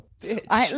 bitch